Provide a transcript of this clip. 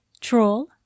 troll